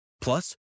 Plus